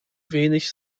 wenig